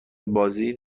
بازی